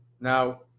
now